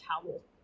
towel